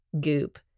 Goop